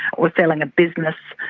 or selling a business,